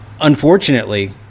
unfortunately